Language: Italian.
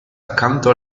accanto